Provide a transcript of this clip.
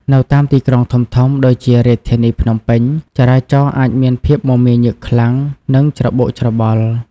នៅតាមទីក្រុងធំៗដូចជារាជធានីភ្នំពេញ ចរាចរណ៍អាចមានភាព មមាញឹក ខ្លាំង និងច្របូកច្របល់។